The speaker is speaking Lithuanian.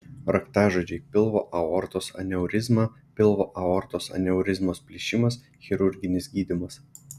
raktažodžiai pilvo aortos aneurizma pilvo aortos aneurizmos plyšimas chirurginis gydymas